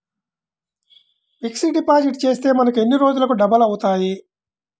Fixed deposit చేస్తే మనకు ఎన్ని రోజులకు డబల్ అవుతాయి?